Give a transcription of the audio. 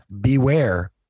beware